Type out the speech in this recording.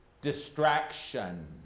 distraction